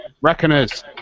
Reckoners